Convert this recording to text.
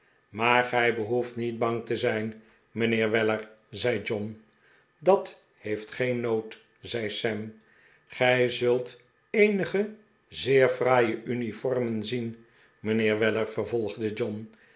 maar gij behoeft niet bang te zijn mijnheer weller zei john dat heeft geen nood zei sam gij zult eenige zeer fraaie uniformen zien mijnheer weller vervolgde john